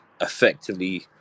effectively